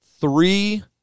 three